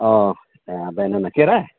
banana केरा